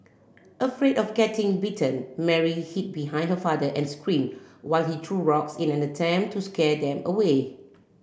afraid of getting bitten Mary hid behind her father and screamed while he threw rocks in an attempt to scare them away